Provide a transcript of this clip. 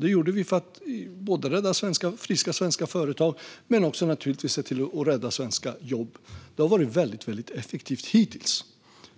Det gjorde vi för att rädda friska svenska företag men också för att rädda svenska jobb. Det har varit väldigt effektivt, hittills.